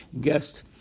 guest